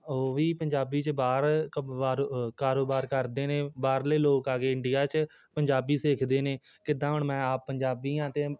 ਉਹ ਵੀ ਪੰਜਾਬੀ 'ਚ ਬਾਹਰ ਕਾਰੋਬਾਰ ਕਰਦੇ ਨੇ ਬਾਹਰਲੇ ਲੋਕ ਆ ਗਏ ਇੰਡੀਆ 'ਚ ਪੰਜਾਬੀ ਸਿੱਖਦੇ ਨੇ ਕਿੱਦਾਂ ਹੁਣ ਮੈਂ ਆਪ ਪੰਜਾਬੀ ਹਾਂ ਅਤੇ